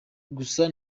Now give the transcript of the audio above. gusa